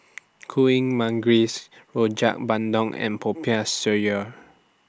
Kuih Manggis Rojak Bandung and Popiah Sayur